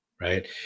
right